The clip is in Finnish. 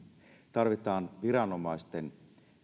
tarvitaan viranomaisten